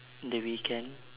the weekend